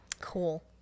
cool